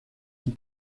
den